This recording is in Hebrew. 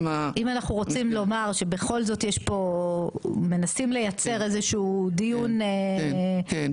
אם אנחנו רוצים לומר שבכל זאת יש פה מנסים לייצר איזשהו דיון עתידי.